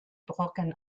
brocken